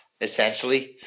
essentially